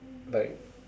like